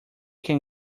can